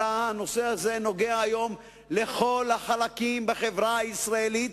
אלא הנושא הזה נוגע היום בכל החלקים בחברה הישראלית,